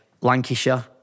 Lancashire